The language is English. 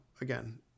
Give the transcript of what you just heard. again